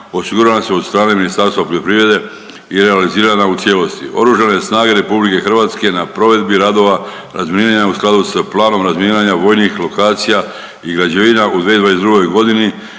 osigurava se od strane Ministarstva poljoprivrede i realizirana je u cijelosti. Oružane snage RH na provedbi radova razminiranja u skladu s planom razminiranja vojnih lokacija i građevina u 2022.g.